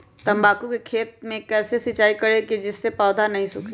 तम्बाकू के खेत मे कैसे सिंचाई करें जिस से पौधा नहीं सूखे?